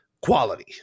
quality